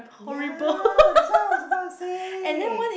ya that's why I was supposed to say